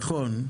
נכון.